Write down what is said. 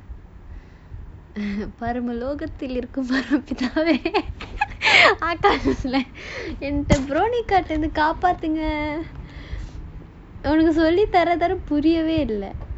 பரம லோகத்தில் இருக்கும் பரம பிதாவே காப்பாற்றுங்க எங்களுக்கு சொல்லித்தர தெல்லாம் புரியவே இல்ல:parama logathil irukum parama pithavae kaapaatrungal engaluku sollithara thellaam puriyavae illa